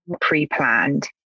pre-planned